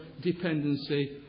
dependency